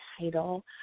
title